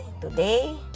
today